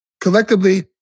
collectively